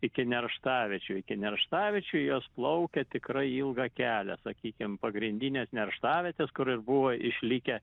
iki nerštaviečių iki nerštaviečių jos plaukia tikrai ilgą kelią sakykim pagrindinės nerštavietės kur ir buvo išlikę